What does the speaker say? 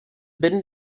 been